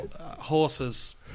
horses